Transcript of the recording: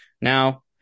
Now